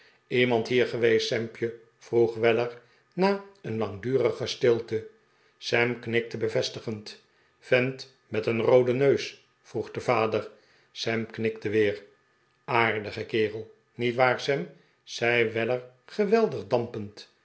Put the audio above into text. iemand hier geweest sampje vroeg weller na een langdurige stilte sam knikte bevestigend vent met een rooden neus vroeg de vader sam knikte weer aardige kerel niet waar sam zei weller geweldig dampend